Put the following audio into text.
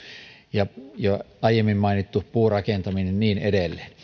ja jo aiemmin mainittu puurakentaminen ja niin edelleen